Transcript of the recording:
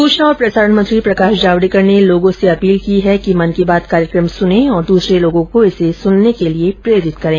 सूचना और प्रसारण मंत्री प्रकाश जावडेकर ने लोगों से अपील की है कि मन की बात कार्यक्रम को सुनें तथा दूसरे लोगों को इसे सुनने के लिए प्रेरित करें